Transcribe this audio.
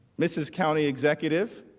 mrs. county executive